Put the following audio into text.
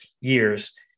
years